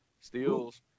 steals